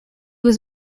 was